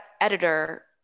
editor